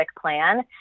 plan